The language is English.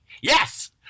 yes